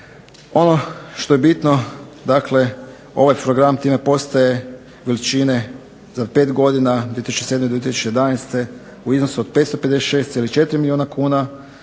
Ono što je bitno, dakle ovaj program time postaje veličine za 5 godina od 2007. do 2011. u iznosu od 556,4 milijuna kuna